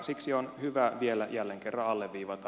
siksi on hyvä vielä jälleen kerran alleviivata